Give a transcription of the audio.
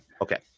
Okay